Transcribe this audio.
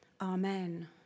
amen